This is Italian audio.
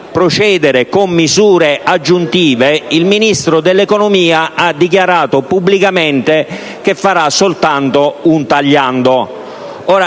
con misure aggiuntive, il Ministro dell'economia ha dichiarato pubblicamente che farà soltanto un "tagliando".